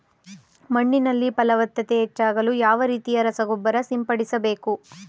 ಮಣ್ಣಿನಲ್ಲಿ ಫಲವತ್ತತೆ ಹೆಚ್ಚಾಗಲು ಯಾವ ರೀತಿಯ ರಸಗೊಬ್ಬರ ಸಿಂಪಡಿಸಬೇಕು?